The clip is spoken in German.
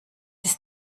ist